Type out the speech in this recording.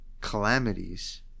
calamities